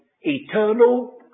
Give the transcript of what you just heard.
eternal